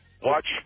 watch